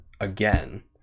again